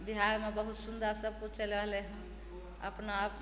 बिहारमे बहुत सुन्दर सबकिछु चलि रहलय हन अपना आपमे